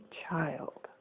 child